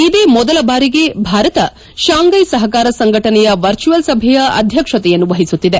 ಇದೇ ಮೊದಲ ಬಾರಿಗೆ ಭಾರತ ಶಾಂಘ್ಟೆ ಸಹಕಾರ ಸಂಘಟನೆಯ ವರ್ಚುಯಲ್ ಸಭೆಯ ಅಧ್ಯಕ್ಷತೆಯನ್ನು ವಹಿಸುತ್ತಿದೆ